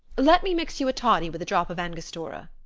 let me mix you a toddy with a drop of angostura.